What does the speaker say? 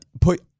put